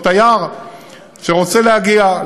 או תייר שרוצה להגיע.